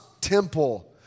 temple